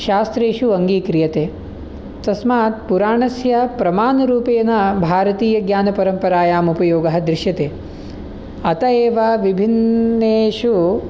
शास्त्रेषु अङ्गीक्रियते तस्मात् पुराणस्य प्रमाणरूपेन भारतीयज्ञानपरम्परायामपि योगः दृश्यते अत एव विभिन्नेषु